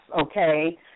okay